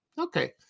Okay